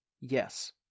yes